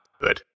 good